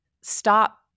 stop